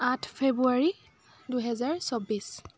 আঠ ফেব্ৰুৱাৰী দুহেজাৰ চৌব্বিছ